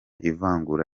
ivangura